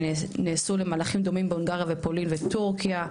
שנעשו למהלכים דומים בהונגריה פולין וטורקיה,